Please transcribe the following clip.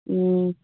ꯎꯝ